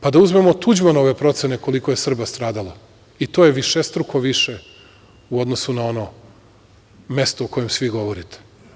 Pa da uzmemo Tuđmanove procene koliko je Srba stradalo, i to je višestruko više u odnosu na ono mesto o kojem svi govorite.